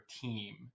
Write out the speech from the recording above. team